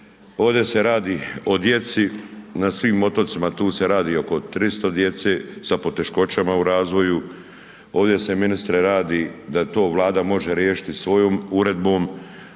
Ovde se radi o djeci na svim otocima, tu se radi oko 300 djece sa poteškoćama u razvoju, ovde se ministre radi da to Vlada može riješiti svojom uredbom.